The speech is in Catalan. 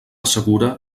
segura